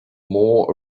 more